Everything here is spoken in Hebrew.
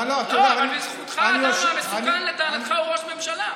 בזכותך הוא ראש ממשלה.